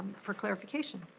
for clarification.